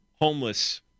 homeless